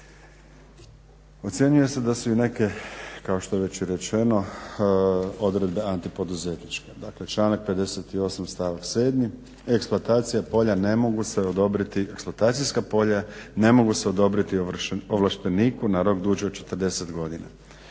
Ocjenjuje se da su i neke, kao što je već i rečeno, odredbe antipoduzetničke. Dakle, članak 58. stavak 7. – eksploatacijska polja ne mogu se odobriti ovlašteniku na rok duži od 40 godina.